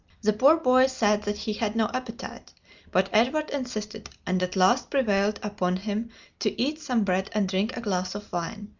the poor boy said that he had no appetite but edward insisted and at last prevailed upon him to eat some bread and drink a glass of wine,